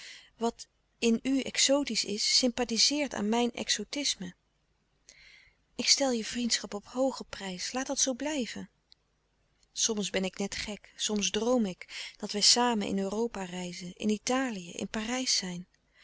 wat in u exotisch is sympathizeert aan mijn exotisme ik stel je vriendschap op hoogen prijs laat dat zoo blijven soms ben ik net gek soms droom ik dat wij samen in europa reizen in italië in parijs zijn